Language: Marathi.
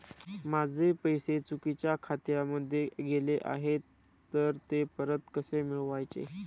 माझे पैसे चुकीच्या खात्यामध्ये गेले आहेत तर ते परत कसे मिळवायचे?